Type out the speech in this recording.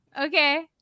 okay